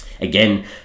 Again